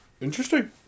Interesting